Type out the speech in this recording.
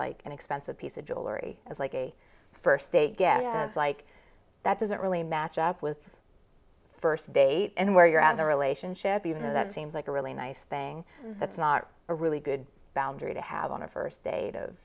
like an expensive piece of jewelry as like a first date get like that doesn't really match up with first date and where you're out of the relationship you know that seems like a really nice thing that's not a really good boundary to have on a first date of